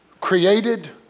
created